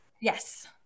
Yes